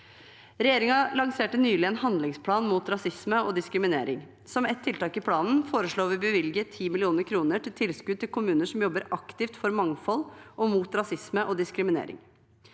Regjeringen lanserte nylig en handlingsplan mot rasisme og diskriminering. Som et tiltak i planen foreslår vi å bevilge 10 mill. kr i tilskudd til kommuner som jobber aktivt for mangfold og mot rasisme og diskriminering.